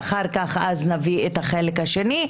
ואחר כך נביא את החלק השני,